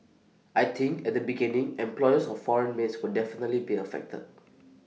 I think at the beginning employers of foreign maids will definitely be affected